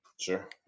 Sure